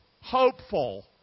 Hopeful